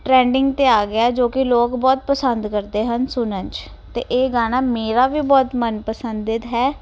trending 'ਤੇ ਆ ਗਿਆ ਜੋ ਕਿ ਲੋਕ ਬਹੁਤ ਪਸੰਦ ਕਰਦੇ ਹਨ ਸੁਣਨ 'ਚ ਅਤੇ ਇਹ ਗਾਣਾ ਮੇਰਾ ਵੀ ਬਹੁਤ ਮਨ ਪਸੰਦ ਹੈ